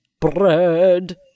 Bread